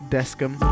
Descom